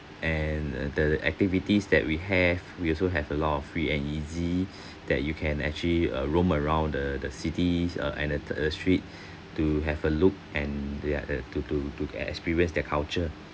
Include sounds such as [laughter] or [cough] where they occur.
and the activities that we have we also have a lot of free and easy [breath] that you can actually uh roam around the the cities uh and the street to have a look and there the to to to experience their culture